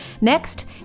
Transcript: Next